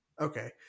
Okay